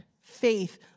Faith